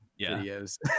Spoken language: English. videos